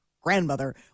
grandmother